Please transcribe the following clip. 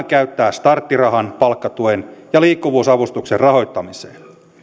käyttää starttirahan palkkatuen ja liikkuvuusavustuksen rahoittamiseen